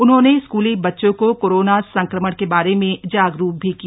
उन्होंने स्कूली बच्चों को कोरोना संक्रमण के बारे में जागरूक भी किया